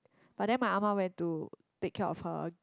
but then my ah ma went to take care of her